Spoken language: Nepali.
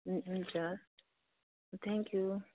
हुन्छ थ्याङ्क यू